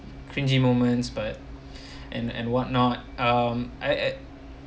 cringey moments but and and whatnot um I at